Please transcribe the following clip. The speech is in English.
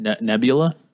Nebula